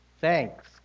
Thanks